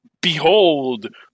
behold